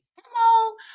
Hello